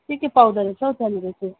के के पाउँदो रहेछ हौ त्यहाँनिर चाहिँ